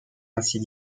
ainsi